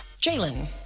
Jalen